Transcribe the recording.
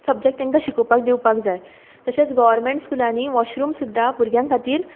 subject तांकां शिकोवपाक दिवपाक जाय तशेंच गोवोरमेंट स्कुलांनी वॉशरूम सुद्धा भुरग्यां खातीर सारके नासता